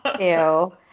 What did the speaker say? Ew